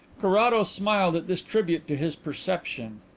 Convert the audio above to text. carrados smiled at this tribute to his perception.